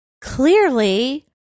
clearly